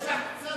זו שחצנות.